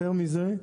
יותר מזה,